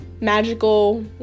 magical